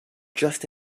just